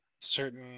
certain